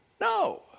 No